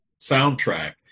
soundtrack